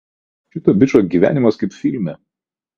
šito bičo gyvenimas kaip filme